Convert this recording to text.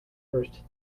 burst